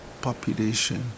population